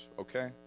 okay